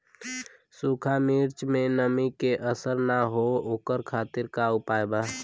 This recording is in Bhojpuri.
सूखा मिर्चा में नमी के असर न हो ओकरे खातीर का उपाय बा?